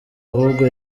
ahubwo